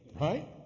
Right